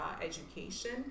education